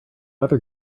other